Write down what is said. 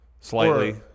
Slightly